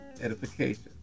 edification